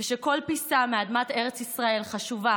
ושכל פיסה מאדמת ארץ ישראל חשובה